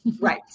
right